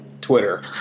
Twitter